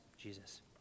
Jesus